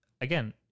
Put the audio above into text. Again